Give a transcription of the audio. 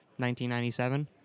1997